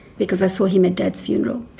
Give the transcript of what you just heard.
because i saw him at dad's funeral.